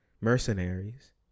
Mercenaries